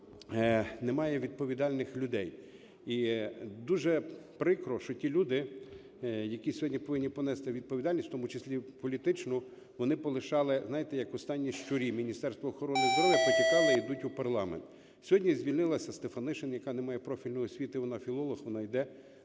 немає відповідальних людей? І дуже прикро, що ті люди, які сьогодні повинні понести відповідальність, в тому числі політичну, вони полишали, знаєте, як останні щурі, Міністерство охорони здоров'я, потікали і йдуть в парламент. Сьогодні звільнилася Стефанишин, яка не має профільної освіти, вона філолог, вона йде